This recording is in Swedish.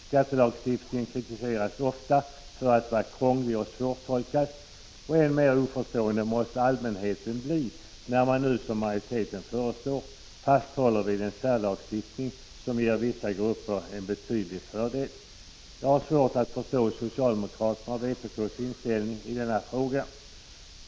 Skattelagstiftningen kritiseras ofta för att vara krånglig och svårtolkad, och än mer oförståelig måste den te sig för allmänheten, om man som majoriteten nu föreslår fasthåller vid en särlagstiftning som ger vissa grupper en betydande fördel. Jag har svårt att förstå socialdemokraternas och vpk:s inställning i denna fråga.